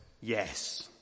yes